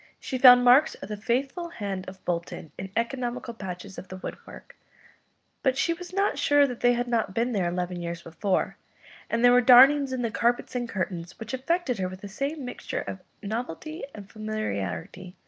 she found marks of the faithful hand of bolton in economical patches of the woodwork but she was not sure that they had not been there eleven years before and there were darnings in the carpets and curtains, which affected her with the same mixture of novelty and familiarity.